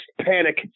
panic